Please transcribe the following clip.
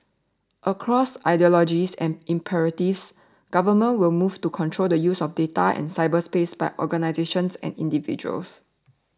across ideologies and imperatives governments will move to control the use of data and cyberspace by organisations and individuals